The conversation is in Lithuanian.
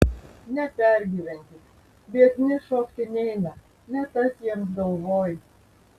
nepergyvenkit biedni šokti neina ne tas jiems galvoj